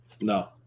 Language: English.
No